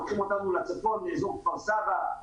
לוקחים אותנו לצפון לאזור כפר-סבא,